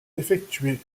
effectués